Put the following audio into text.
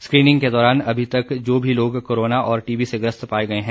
screening के दौरान अभी तक जो भी लोग कोरोना और टीबी से ग्रस्त पाए गए हैं